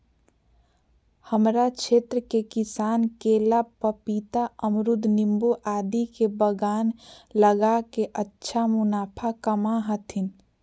हमरा क्षेत्र के किसान केला, पपीता, अमरूद नींबू आदि के बागान लगा के अच्छा मुनाफा कमा हथीन